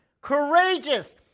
Courageous